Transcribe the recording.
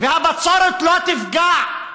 והבצורת לא תפגע,